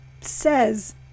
says